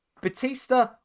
Batista